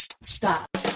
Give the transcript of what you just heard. Stop